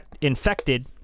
infected